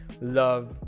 love